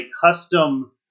custom